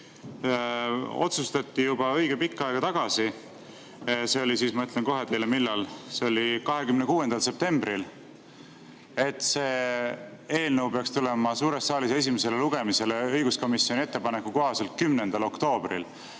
otsustati juba õige pikka aega tagasi – ma ütlen teile, millal, see oli 26. septembril –, et see eelnõu peaks tulema suurde saali esimesele lugemisele õiguskomisjoni ettepaneku kohaselt 10. oktoobril.